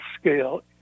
scale